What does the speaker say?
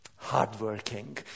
hardworking